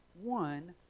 one